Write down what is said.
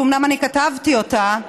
אומנם אני כתבתי אותה,